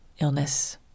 illness